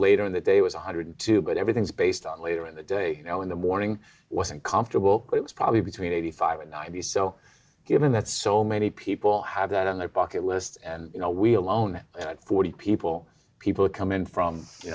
later that day it was one hundred and two but everything's based on later in the day you know in the morning wasn't comfortable it was probably between eighty five and i'd be so given that so many people have that on their bucket list and you know we alone forty people people come in from ou